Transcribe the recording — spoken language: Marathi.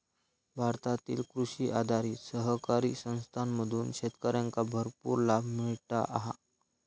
भारतातील कृषी आधारित सहकारी संस्थांमधून शेतकऱ्यांका भरपूर लाभ मिळता हा